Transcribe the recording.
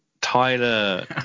Tyler